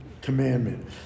commandment